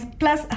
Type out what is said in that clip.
plus